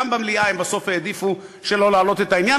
במליאה הם בסוף העדיפו שלא להעלות את העניין,